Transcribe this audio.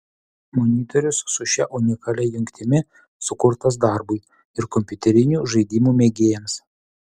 monitorius su šia unikalia jungtimi sukurtas darbui ir kompiuterinių žaidimų mėgėjams